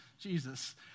Jesus